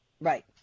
Right